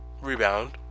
rebound